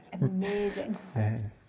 amazing